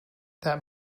that